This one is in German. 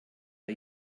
der